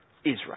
Israel